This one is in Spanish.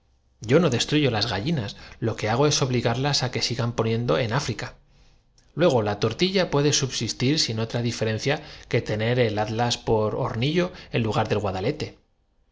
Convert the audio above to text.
yo no destruyo las gallinas lo que hago es obligarlas á que sigan poniendo en áfrica luego la tortilla puede subsistir sin otra dife rencia que tener el atlas por hornillo en lugar del